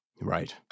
right